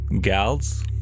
gals